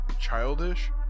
Childish